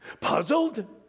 Puzzled